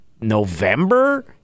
November